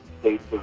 states